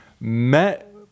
met